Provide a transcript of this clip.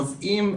נובעים,